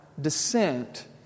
descent